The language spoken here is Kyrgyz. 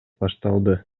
башталды